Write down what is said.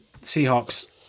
Seahawks